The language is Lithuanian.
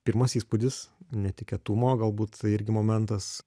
pirmas įspūdis netikėtumo galbūt irgi momentas